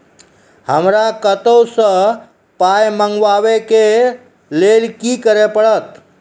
हमरा कतौ सअ पाय मंगावै कऽ लेल की करे पड़त?